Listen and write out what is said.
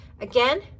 Again